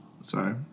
sorry